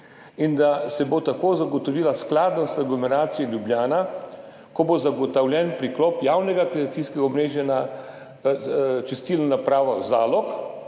in da se bo tako zagotovila skladnost aglomeracije Ljubljana, ko bo zagotovljen priklop javnega kanalizacijskega omrežja na čistilno napravo Zalog,